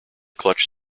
clutch